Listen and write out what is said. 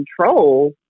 control